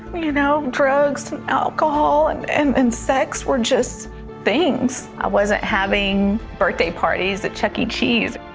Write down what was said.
you know, drugs and alcohol and and and sex were just things. i wasn't having birthday parties at chuck e. cheese.